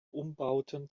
umbauten